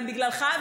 הם בגללך,